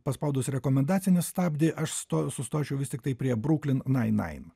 paspaudus rekomendacinį stabdį aš stoviu sustočiau vis tiktai prie bruklin nain nain